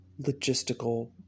logistical